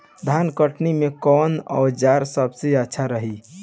धान कटनी मे कौन औज़ार सबसे अच्छा रही?